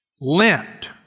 Lent